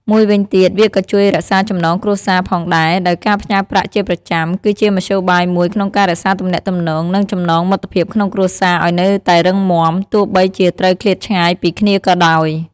មួយវិញទៀតវាក៏ជួយរក្សាចំណងគ្រួសារផងដែរ ដោយការផ្ញើប្រាក់ជាប្រចាំ គឺជាមធ្យោបាយមួយក្នុងការរក្សាទំនាក់ទំនង និងចំណងមិត្តភាពក្នុងគ្រួសារឲ្យនៅតែរឹងមាំ ទោះបីជាត្រូវឃ្លាតឆ្ងាយពីគ្នាក៏ដោយ។